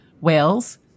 Wales